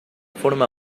forma